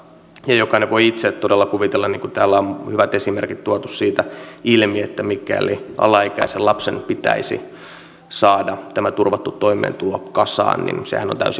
jokainen voi itse todella kuvitella niin kuin täällä on hyvät esimerkit tuotu siitä ilmi että mikäli alaikäisen lapsen pitäisi saada tämä turvattu toimeentulo kasaan niin sehän on täysin mahdotonta